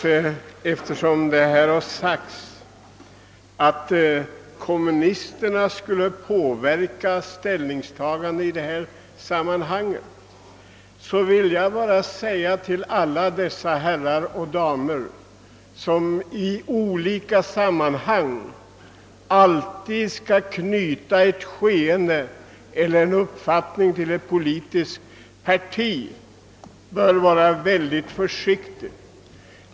Jag vill, eftersom det har sagts att kommunisterna skulle påverka ställningstagandet i detta sammanhang, säga till alla dessa herrar och damer, som i olika sammanhang alltid skall knyta en uppfattning eller ett handlande till ett politiskt parti, att de bör vara försiktiga.